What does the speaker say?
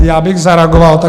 Já bych zareagoval.